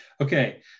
Okay